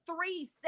three